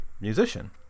musician